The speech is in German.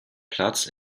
platz